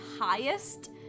highest